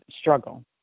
struggle